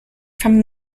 from